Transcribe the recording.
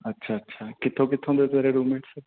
ਅੱਛਾ ਅੱਛਾ ਕਿੱਥੋਂ ਕਿੱਥੋਂ ਦੇ ਤੇਰੇ ਰੂਮਮੇਟਸ